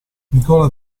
nicola